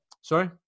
Sorry